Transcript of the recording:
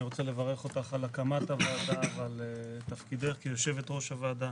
אני רוצה לברך אותך על הקמת הוועדה ועל תפקידך כיושבת-ראש הוועדה.